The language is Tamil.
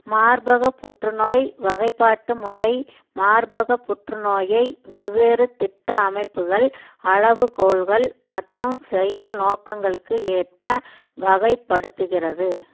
மார்பக புற்றுநோய் வகைப்பாட்டு முறை மார்பக புற்றுநோயை வெவ்வேறு திட்ட அமைப்புகள் அளவுகோல்கள் மற்றும் செயல் நோக்கங்களுக்கு ஏற்ப வகைப்படுத்துகிறது